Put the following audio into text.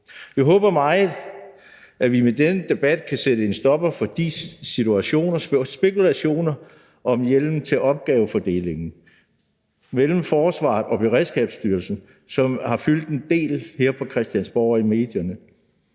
Vi håber meget, at vi med denne debat kan sætte en stopper for disse spekulationer om hjemmel til opgavefordelingen mellem Forsvaret og Beredskabsstyrelsen, som har fyldt en del her på Christiansborg og i medierne.